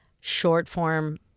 short-form